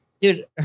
Dude